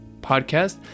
podcast